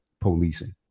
policing